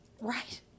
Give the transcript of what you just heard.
Right